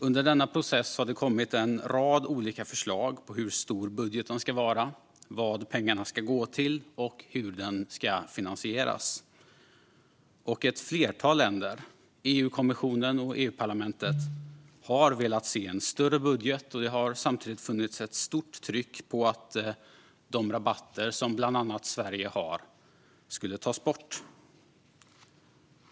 Under denna process har det kommit en rad olika förslag på hur stor budgeten ska vara, vad pengarna ska gå till och hur den ska finansieras. Ett flertal länder, EU-kommissionen och EU-parlamentet har velat se en större budget, och det har samtidigt funnits ett stort tryck på att de rabatter som bland annat Sverige har skulle tas bort.